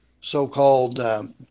so-called